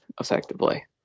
effectively